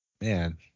man